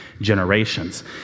generations